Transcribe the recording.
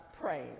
praying